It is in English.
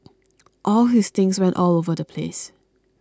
all his things went all over the place